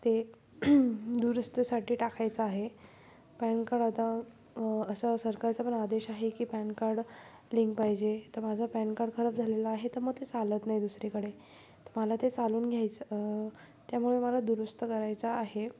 ते दुरुस्तीसाठी टाकायचं आहे पॅन कार्ड आता असं सरकारचा पण आदेश आहे की पॅन कार्ड लिंक पाहिजे तर माझं पॅन कार्ड खराब झालेलं आहे तर मग ते चालत नाही दुसरीकडे मला ते चालवून घ्यायचं त्यामुळे मला दुरुस्त करायचा आहे